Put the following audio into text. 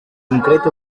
concret